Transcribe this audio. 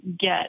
get